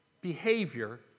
behavior